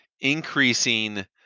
increasing